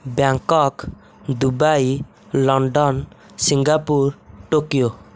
Bangkok Dubai London Singapore Tokyo